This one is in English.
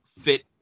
Fit